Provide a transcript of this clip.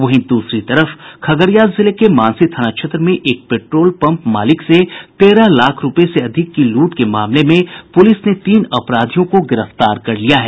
वहीं दूसरी तरफ खगड़िया जिले के मानसी थाना क्षेत्र में एक पेट्रोल पंप मालिक से तेरह लाख रुपये से अधिक की लूट के मामले में पुलिस ने तीन अपराधियों को गिरफ्तार कर लिया है